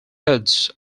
heads